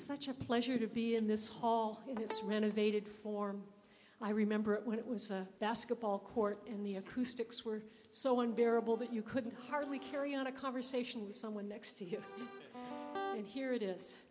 such a pleasure to be in this hall this renovated form i remember it was a basketball court in the acoustics were so unbearable that you couldn't hardly carry on a conversation with someone next to you and here it is